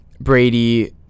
Brady